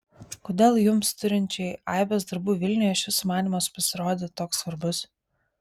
kodėl jums turinčiai aibes darbų vilniuje šis sumanymas pasirodė toks svarbus